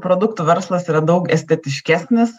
produktų verslas yra daug estetiškesnis